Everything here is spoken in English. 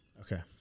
Okay